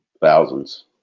Thousands